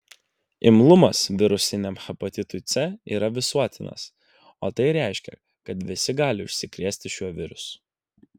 imlumas virusiniam hepatitui c yra visuotinas o tai reiškia kad visi gali užsikrėsti šiuo virusu